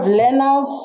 learners